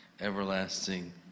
everlasting